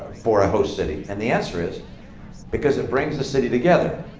for a host city? and the answer is because it brings the city together.